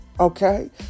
Okay